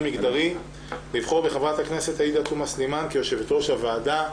מגדרי לבחור בחברת הכנסת עאידה תומא סלימאן כיו"ר הוועדה"